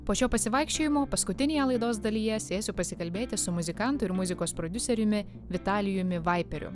po šio pasivaikščiojimo paskutinėje laidos dalyje sėsiu pasikalbėti su muzikantu ir muzikos prodiuseriumi vitalijumi vaiperiu